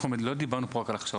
הכשרות,